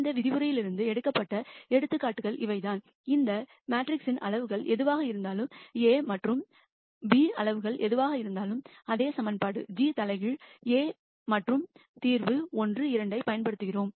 இந்த விரிவுரையிலிருந்து எடுக்கப்பட்ட எடுத்துக்காட்டுகள் இவைதான் இந்த மெட்ரிக்ஸின் அளவுகள் எதுவாக இருந்தாலும் a மற்றும் b அளவுகள் எதுவாக இருந்தாலும் அதே சமன்பாடு g இன்வெர்ஸ் A மற்றும் தீர்வு 1 2 ஐப் பயன்படுத்துகிறோம்